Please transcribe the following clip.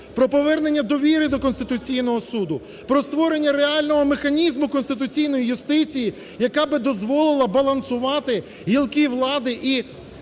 Про повернення довіри до Конституційного Суду, про створення реального механізму Конституційної юстиції, яка би дозволила балансувати гілки влади і